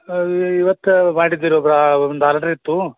ಇವತ್ತು ಮಾಡಿದ್ದು ಇರೋ ಒಂದು ಆರ್ಡ್ರು ಇತ್ತು